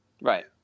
Right